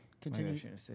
Continue